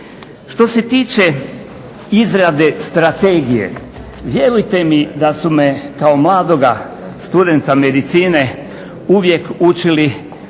Što se tiče izrade strategije, vjerujte mi da su me kao mladoga studenta medicine uvijek učili